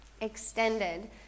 extended